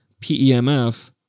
PEMF